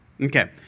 Okay